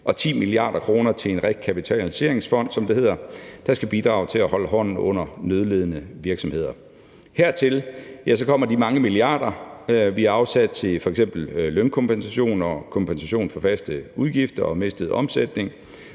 og 10 mia. kr. til en rekapitaliseringsfond, som det hedder, der skal bidrage til at holde hånden under nødlidende virksomheder. Hertil kommer de mange milliarder, vi har afsat til f.eks. lønkompensation og kompensation for faste udgifter og mistet omsætning,